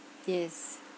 yes